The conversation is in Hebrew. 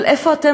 אבל איפה אתם,